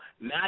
Now